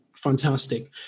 Fantastic